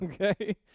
Okay